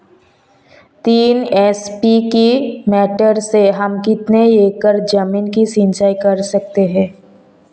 तीन एच.पी की मोटर से हम कितनी एकड़ ज़मीन की सिंचाई कर सकते हैं?